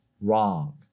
wrong